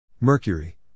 Mercury